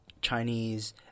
Chinese